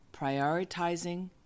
prioritizing